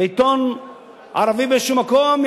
בעיתון ערבי באיזשהו מקום,